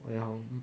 then how